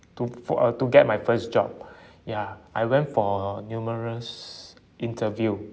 to for uh to get my first job ya I went for numerous interview